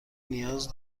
نیاز